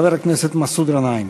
חבר הכנסת מסעוד גנאים.